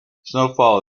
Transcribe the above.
snowfall